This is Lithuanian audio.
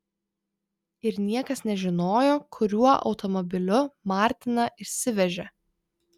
ir niekas nežinojo kuriuo automobiliu martiną išsivežė